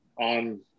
on